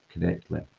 correctly